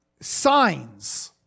signs